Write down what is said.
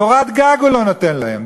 קורת גג הוא לא נותן להם.